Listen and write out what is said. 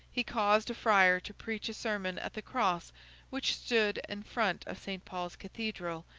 he caused a friar to preach a sermon at the cross which stood in front of st. paul's cathedral,